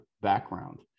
background